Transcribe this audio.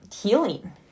healing